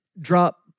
drop